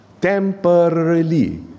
temporarily